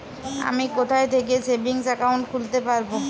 আমি কোথায় থেকে সেভিংস একাউন্ট খুলতে পারবো?